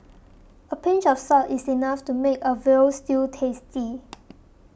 a pinch of salt is enough to make a Veal Stew tasty